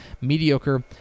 mediocre